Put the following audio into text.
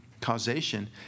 Causation